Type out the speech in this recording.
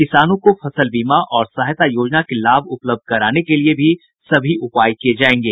किसानों को फसल बीमा और सहायता योजना के लाभ उपलब्ध कराने के लिए भी सभी उपाय किये जाएंगे